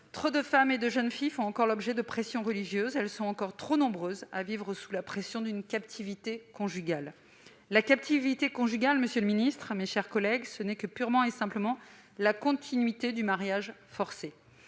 Trop de femmes et de jeunes filles font encore l'objet de pressions religieuses, elles sont encore trop nombreuses à vivre sous la pression d'une captivité conjugale. La captivité conjugale, monsieur le ministre, mes chers collègues, c'est purement et simplement la continuité du mariage forcé.